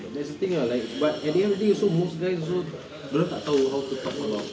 but that's the thing ah like but at the end of the day also most guys also dorang tak tahu how to talk about